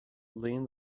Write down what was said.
leaned